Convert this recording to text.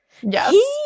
yes